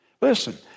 Listen